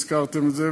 הזכרתם את זה,